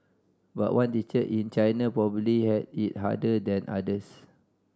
but one teacher in China probably had it harder than others